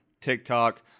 tiktok